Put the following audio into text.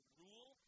rule